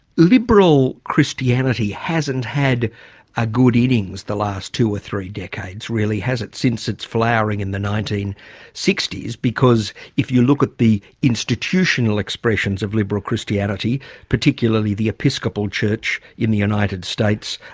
liberal christianity hasn't had a good innings the last two or three decades really has it, since its flowering in the nineteen sixty s? because if you look at the institutional expressions of liberal christianity particularly the episcopal church in the united states,